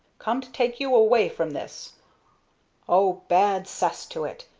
come to take you away from this oh, bad cess to it,